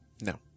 No